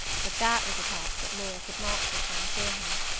but that was a task that laura could not perform for him,